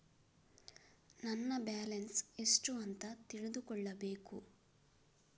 ನನ್ನ ಬ್ಯಾಲೆನ್ಸ್ ಎಷ್ಟು ಅಂತ ತಿಳಿದುಕೊಳ್ಳಬೇಕು?